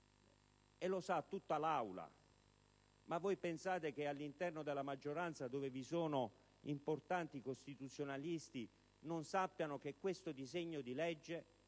e lo sa tutta l'Aula. Ma voi pensate che all'interno della maggioranza, dove vi sono importanti costituzionalisti, non si sappia che questo disegno di legge